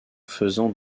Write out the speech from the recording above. faisant